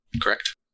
Correct